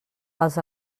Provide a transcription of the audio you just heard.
els